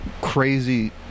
crazy